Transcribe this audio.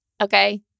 Okay